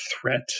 threat